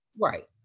right